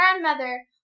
grandmother